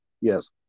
Yes